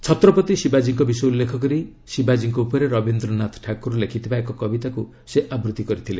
ଛତ୍ରପତି ଶିବାଜୀଙ୍କ ବିଷୟ ଉଲ୍ଲେଖ କରି ଶିବାଜୀଙ୍କ ଉପରେ ରବୀନ୍ଦ୍ରନାଥ ଠାକୁର ଲେଖିଥିବା ଏକ କବିତାକୁ ସେ ଆବୃତି କରିଛନ୍ତି